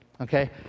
okay